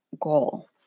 goal